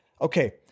okay